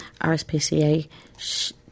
rspca